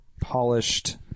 polished